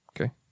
Okay